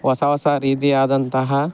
ಹೊಸ ಹೊಸ ರೀತಿಯಾದಂತಹ